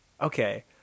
Okay